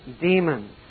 demons